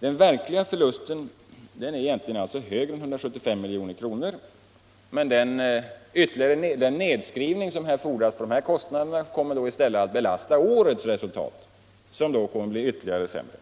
Den verkliga förlusten är egentligen alltså högre än 175 milj.kr., men den nedskrivning som fordras för dessa kostnader kommer i stället att belasta årets resultat, som då blir ytterligare sämre.